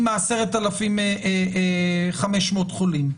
ה-10,500 חולים.